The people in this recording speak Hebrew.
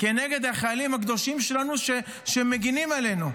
נגד החיילים הקדושים שלנו, שמגינים עלינו.